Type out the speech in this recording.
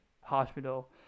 hospital